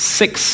six